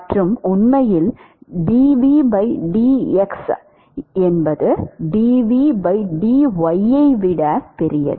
மற்றும் உண்மையில் dvdx dvdy ஐ விட பெரியது